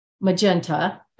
magenta